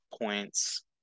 points